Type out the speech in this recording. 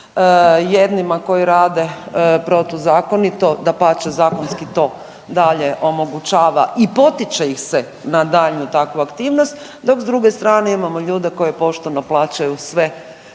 jednima koji rade protuzakonito dapače zakonski to dalje omogućava i potiče ih se na daljnju takvu aktivnost, dok s druge strane imamo ljude koji pošteno plaćaju sve